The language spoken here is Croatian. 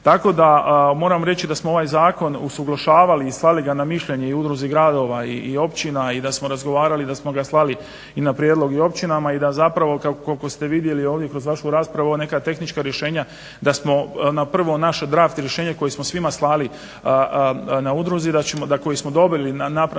Tako da moram reći da smo ovaj zakon usuglašavali i slali ga na mišljenje i Udruzi gradova i općina i da smo razgovarali da smo ga slali i na prijedlog općinama i da koliko ste vidjeli ovdje kroz vašu raspravu ova neka tehnička rješenja da smo na prvo naše draft rješenje koje smo svima slali na udruzi koji smo dobili informaciju